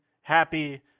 happy